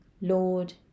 Lord